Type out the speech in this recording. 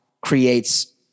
creates